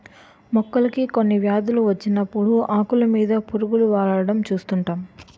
మొక్కలకి కొన్ని వ్యాధులు వచ్చినప్పుడు ఆకులు మీద పురుగు వాలడం చూస్తుంటాం